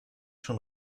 schon